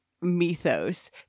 mythos